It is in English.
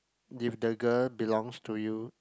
if the girl belongs to you